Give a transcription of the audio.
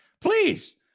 please